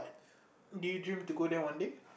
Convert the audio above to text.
do you dream to go there one day